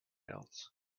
else